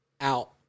out